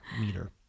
meter